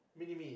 mini me